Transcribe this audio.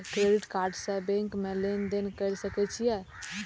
Credit card से bank में लेन देन कर सके छीये?